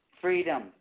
freedom